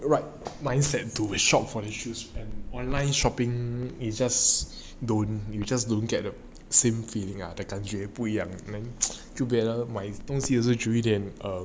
right mindset to shop for shoes and online shopping is just to is just to get the same feeling ah that 感觉不一样的就觉得买东西久一点 um